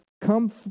come